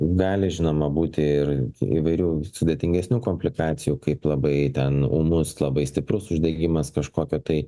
gali žinoma būti ir įvairių sudėtingesnių komplikacijų kaip labai ten ūmus labai stiprus uždegimas kažkokio tai